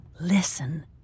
Listen